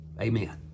Amen